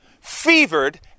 fevered